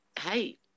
hey